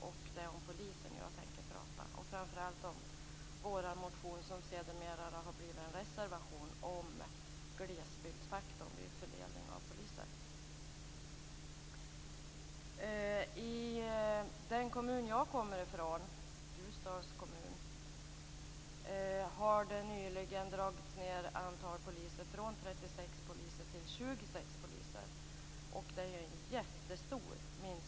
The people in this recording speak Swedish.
Det är om polisen jag tänker prata - framför allt om vår motion, som sedermera har blivit en reservation, om glesbygdsfaktorn vid fördelning av poliser. I Ljusdals kommun, som jag kommer ifrån, har antalet poliser nyligen dragits ned från 36 till 26. Det är en jättestor minskning.